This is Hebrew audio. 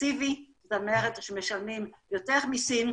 פרוגרסיבי במרד, שמשלמים יותר מיסים